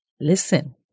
Listen